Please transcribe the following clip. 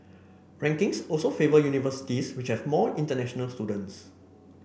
rankings also favour universities which have more international students